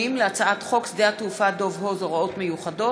הצעת חוק התכנון והבנייה (תיקון מס' 115),